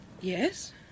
Yes